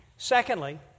Secondly